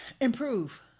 improve